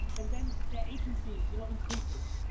and then the agency, you know, increases,